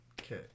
Okay